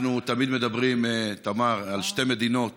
אנחנו תמיד מדברים, תמר, על שתי מדינות